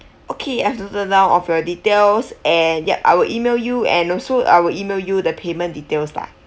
okay I've noted down of your details and yup I will email you and also I will email you the payment details lah